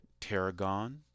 tarragon